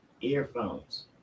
earphones